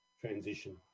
transition